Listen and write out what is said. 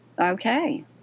Okay